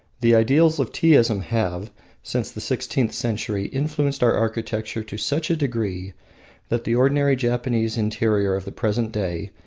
the ideals of teaism have since the sixteenth century influenced our architecture to such degree that the ordinary japanese interior of the present day,